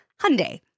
Hyundai